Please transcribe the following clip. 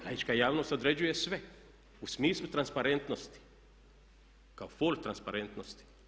Laička javnost određuje sve u smislu transparentnosti kao fol transparentnosti.